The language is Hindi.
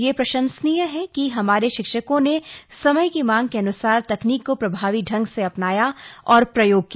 यह प्रशंसनीय है कि हमारे शिक्षकों ने समय की मांग के अन्सार तकनीक को प्रभावी ढंग से अपनाया और प्रयोग किया